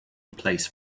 place